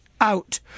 out